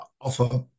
offer